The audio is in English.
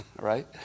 right